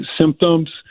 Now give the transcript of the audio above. symptoms